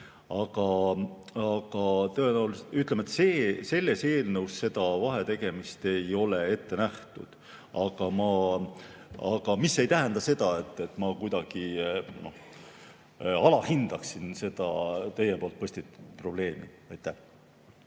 Aga ütleme nii, et selles eelnõus seda vahetegemist ei ole ette nähtud, mis ei tähenda seda, et ma kuidagi alahindan seda teie püstitatud probleemi. Aitäh,